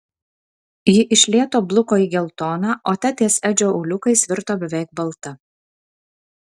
ji iš lėto bluko į geltoną o ta ties edžio auliukais virto beveik balta